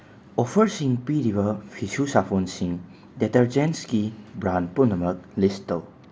ꯑꯣꯐꯔꯁꯤꯡ ꯄꯤꯔꯤꯕ ꯐꯤꯁꯨ ꯁꯥꯄꯣꯟꯁꯤꯡ ꯗꯤꯇꯔꯖꯦꯟꯁꯀꯤ ꯕ꯭ꯔꯥꯟ ꯄꯨꯝꯅꯃꯛ ꯂꯤꯁ ꯇꯧ